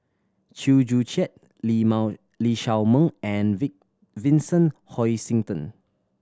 Chew Joo Chiat lee Lee Shao Meng and Vincent Hoisington